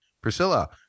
Priscilla